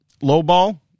lowball